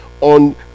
on